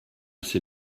ses